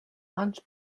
launch